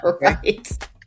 right